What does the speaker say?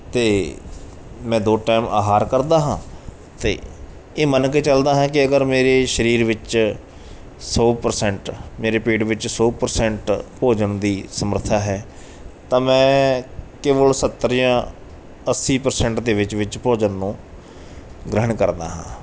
ਅਤੇ ਮੈਂ ਦੋ ਟਾਈਮ ਆਹਾਰ ਕਰਦਾ ਹਾਂ ਤੇ ਇਹ ਮੰਨ ਕੇ ਚੱਲਦਾ ਹੈ ਕਿ ਅਗਰ ਮੇਰੇ ਸਰੀਰ ਵਿੱਚ ਸੌ ਪਰਸੈਂਟ ਮੇਰੇ ਪੇਟ ਵਿੱਚ ਸੋ ਪਰਸੈਂਟ ਭੋਜਨ ਦੀ ਸਮਰੱਥਾ ਹੈ ਤਾਂ ਮੈਂ ਕੇਵਲ ਸੱਤਰ ਜਾਂ ਅੱਸੀ ਪਰਸੈਂਟ ਦੇ ਵਿੱਚ ਵਿੱਚ ਭੋਜਨ ਨੂੰ ਗ੍ਰਹਿਣ ਕਰਦਾ ਹਾਂ